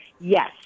yes